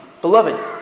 Beloved